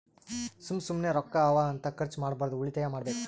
ಸುಮ್ಮ ಸುಮ್ಮನೆ ರೊಕ್ಕಾ ಅವಾ ಅಂತ ಖರ್ಚ ಮಾಡ್ಬಾರ್ದು ಉಳಿತಾಯ ಮಾಡ್ಬೇಕ್